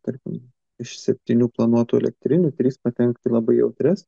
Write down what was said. tarkim iš septynių planuotų elektrinių trys patenka į labai jautrias